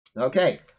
Okay